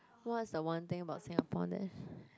what's the one thing about Singapore that